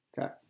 Okay